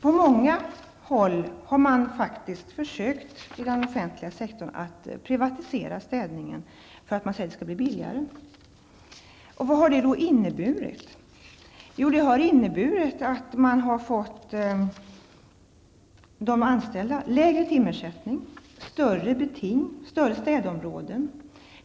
På många håll inom den offentliga sektorn har man faktiskt försökt privatisera städningen därför att man säger att det på så sätt blir billigare. Vad har det inneburit? Det har inneburit att de anställda fått lägre timersättning, större beting, alltså större städområden.